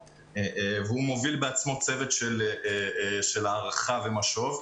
והוא מוביל בעצמו צוות של הערכה ומשוב.